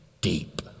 deep